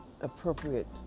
appropriate